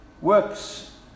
Works